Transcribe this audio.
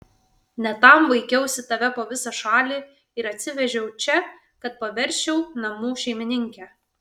ne tam vaikiausi tave po visą šalį ir atsivežiau čia kad paversčiau namų šeimininke